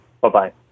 Bye-bye